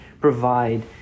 provide